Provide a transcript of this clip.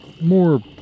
more